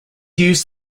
used